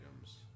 items